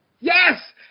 yes